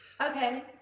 Okay